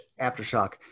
Aftershock